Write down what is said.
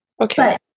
Okay